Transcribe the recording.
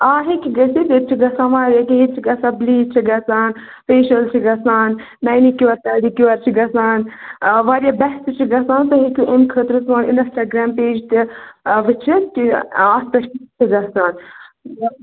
آ ہیٚکہِ گٔژھِتھ ییٚتہِ چھُ گژھان واریاہ کیٚنٛہہ ییٚتہِ چھُ گژھان بُلیٖچ چھِ گژھان فیشل چھُ گَژھان مینِکِیٛوَر پیڈِکیٛوَر چھُ گَژھان واریاہ بیسٹ چھُ گژھان تُہۍ ہیٚکِو اَمہِ خٲطرٕ سوٚن اِنسٹاگرٛام پَیج تہِ وُچھِتھ کہِ اَتھ پٮ۪ٹھ کٮُ۪تھ چھُ گَژھان